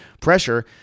pressure